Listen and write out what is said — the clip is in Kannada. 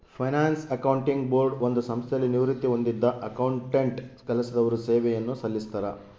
ಫೈನಾನ್ಸ್ ಅಕೌಂಟಿಂಗ್ ಬೋರ್ಡ್ ಒಂದು ಸಂಸ್ಥೆಯಲ್ಲಿ ನಿವೃತ್ತಿ ಹೊಂದಿದ್ದ ಅಕೌಂಟೆಂಟ್ ಕೆಲಸದವರು ಸೇವೆಯನ್ನು ಸಲ್ಲಿಸ್ತರ